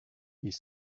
ils